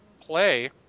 play